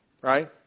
Right